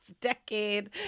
decade